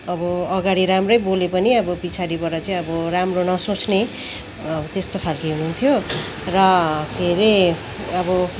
अब अगाडि राम्रै बोले पनि अब पिछाडिबाट चाहिँ अब राम्रो नसोचने त्यसतो खालके हुनुहुन्थ्यो र के अरे अब